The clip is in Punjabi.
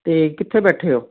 ਅਤੇ ਕਿੱਥੇ ਬੈਠੇ ਹੋ